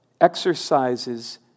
exercises